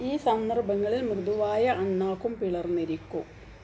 ഈ സന്ദർഭങ്ങളിൽ മൃദുവായ അണ്ണാക്കും പിളർന്നിരിക്കും